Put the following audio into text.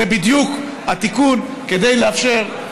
זה בדיוק התיקון כדי לאפשר,